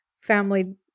family